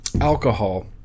alcohol